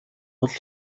бол